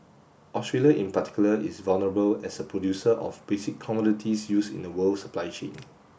Australia in particular is vulnerable as a producer of basic commodities used in the world supply chain